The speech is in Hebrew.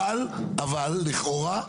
לכאורה,